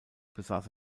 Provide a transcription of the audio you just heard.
besaß